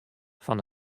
fan